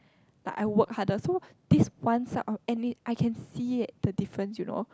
like I work harder so this one side of any I can see the difference you know